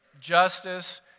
justice